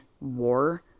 war